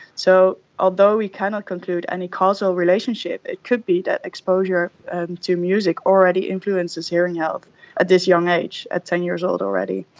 so although we cannot conclude any causal relationship, it could be that exposure to music already influences hearing health at this young age at ten years old already.